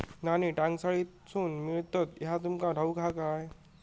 नाणी टांकसाळीतसून मिळतत ह्या तुमका ठाऊक हा काय